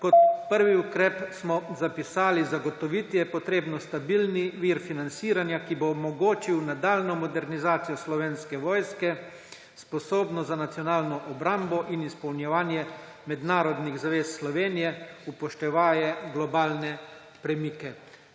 kot prvi ukrep smo zapisali: »Zagotoviti je treba stabilen vir financiranja, ki bo omogočil nadaljnjo modernizacijo Slovenske vojske, sposobno za nacionalno obrambo in izpolnjevanje mednarodnih zavez Slovenije, upoštevaje globalne premike.«